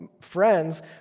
friends